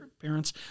parents